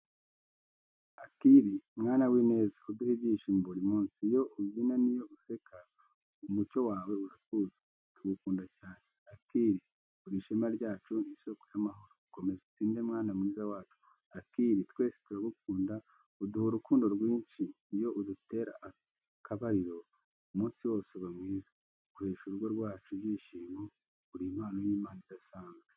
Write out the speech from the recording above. Akili, mwana w’ineza, uduha ibyishimo buri munsi. Iyo ubyina n’iyo useka, umucyo wawe uratwuzura. Tugukunda cyane, Akili, uri ishema ryacu, isoko y’amahoro, komeza utsinde, mwana mwiza wacu. Akili, twese turagukunda, uduha urukundo rwinshi. Iyo udutera akabariro, umunsi wose uba mwiza. Uhesha urugo rwacu ibyishimo, uri impano y’Imana idasanzwe.